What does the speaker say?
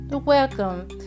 Welcome